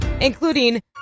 including